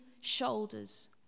shoulders